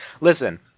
Listen